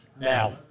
Now